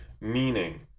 meaning